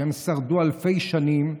שהם שרדו אלפי שנים,